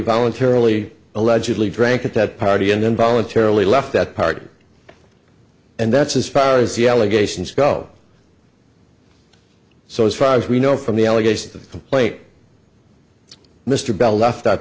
voluntarily allegedly drank at that party and then voluntarily left that part and that's as far as the allegations go so as far as we know from the allegations of the plate mr bell left that